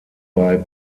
bei